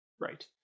Right